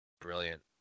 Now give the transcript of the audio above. Brilliant